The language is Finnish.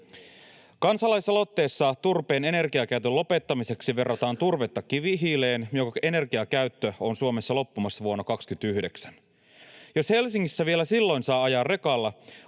Kansalaisaloitteessa turpeen energiakäytön lopettamiseksi verrataan turvetta kivihiileen, jonka energiakäyttö on Suomessa loppumassa vuonna 29. Jos Helsingissä vielä silloin saa ajaa rekalla,